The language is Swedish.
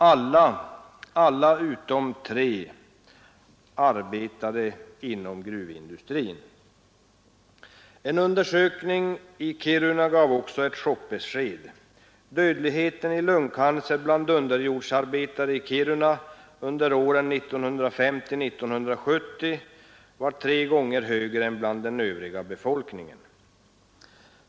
Alla utom tre hade arbetat inom gruvindustrin. En undersökning i Kiruna gav också ett chockbesked. Dödligheten i lungcancer bland underjordsarbetare i Kiruna har under åren 1950-1970 varit tre gånger högre än bland den övriga befolkningen.